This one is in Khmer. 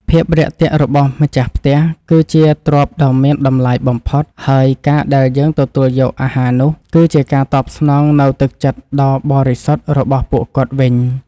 ភាពរាក់ទាក់របស់ម្ចាស់ផ្ទះ គឺជាទ្រព្យដ៏មានតម្លៃបំផុត ហើយការដែលយើងទទួលយកអាហារនោះ គឺជាការតបស្នងនូវទឹកចិត្តដ៏បរិសុទ្ធរបស់ពួកគាត់វិញ។